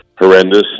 horrendous